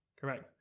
Correct